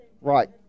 Right